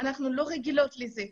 אנחנו לא רגילות לזה.